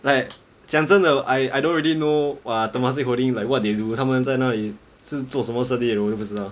like 讲真的 I I don't really know err temasek holding like what they do 他们在哪里是做什么生意我都不知道